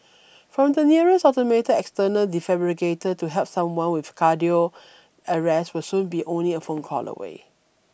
finding the nearest automated external defibrillator to help someone with cardiac arrest will soon be only a phone call away